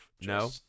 No